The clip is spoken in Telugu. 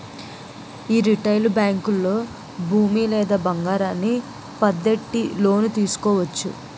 యీ రిటైలు బేంకుల్లో భూమి లేదా బంగారాన్ని పద్దెట్టి లోను తీసుకోవచ్చు